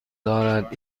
دارد